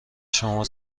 شما